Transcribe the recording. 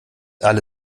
alle